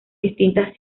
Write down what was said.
distintas